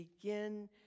begin